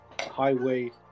highway